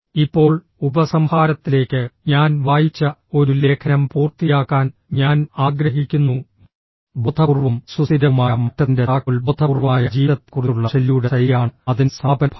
ഇപ്പോൾ ഉപസംഹാരത്തിലേക്ക് ഞാൻ വായിച്ച ഒരു ലേഖനം പൂർത്തിയാക്കാൻ ഞാൻ ആഗ്രഹിക്കുന്നു ബോധപൂർവവും സുസ്ഥിരവുമായ മാറ്റത്തിന്റെ താക്കോൽ ബോധപൂർവമായ ജീവിതത്തെക്കുറിച്ചുള്ള ഷെല്ലിയുടെ ശൈലിയാണ് അതിൻറെ സമാപന ഭാഗം